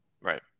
Right